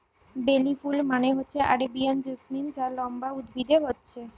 বেলি ফুল মানে হচ্ছে আরেবিয়ান জেসমিন যা লম্বা উদ্ভিদে হচ্ছে